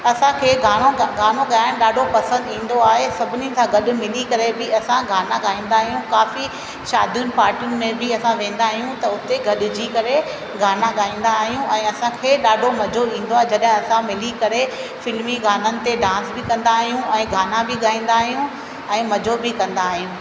असांखे गानो गानो ॻाइणु ॾाढो पसंदि ईंदो आहे सभिनीनि सां गॾु मिली करे बि असां ॻाईंदा आहियूं काफ़ी शादियुनि पार्टुन में बि असां वेंदा आहियूं त उते गॾिजी करे गाना ॻाईंदा आहियूं ऐं असांखे ॾाढो मज़ो ईंदो आहे जॾहिं असां मिली करे फिल्मी गाननि ते डांस बि कंदा आहियूं ऐं गाना बि ॻाईंदा आहियूं ऐं मज़ो बि कंदा आहियूं